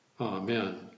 Amen